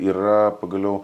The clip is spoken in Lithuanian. yra pagaliau